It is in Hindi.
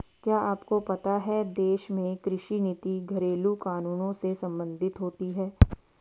क्या आपको पता है देश में कृषि नीति घरेलु कानूनों से सम्बंधित होती है?